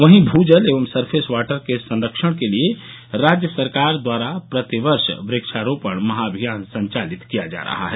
वहीं भू जल एवं सरफेस वॉटर के संरक्षण के लिए राज्य सरकार द्वारा प्रतिवर्ष वृक्षारोपण महाअभियान संचालित किया जा रहा है